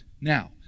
Now